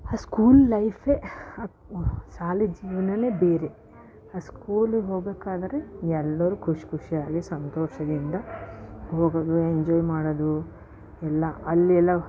school ಲೈಫೆ ಶಾಲೆದು ಜೀವನವೇ ಬೇರೆ ಆ ಸ್ಕೂಲಿಗೆ ಹೋಗಬೇಕಾದ್ರೆ ಎಲ್ಲರೂ ಖುಷಿಖುಷಿಯಾಗಿ ಸಂತೋಷದಿಂದ ಹೋಗೋದು ಎಂಜಾಯ್ ಮಾಡೋದು ಎಲ್ಲ ಅಲ್ಲಿ ಎಲ್ಲ